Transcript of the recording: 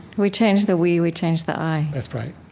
we change the we, we change the i. that's right